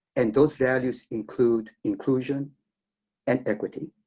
and those values include inclusion and equity.